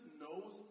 knows